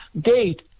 date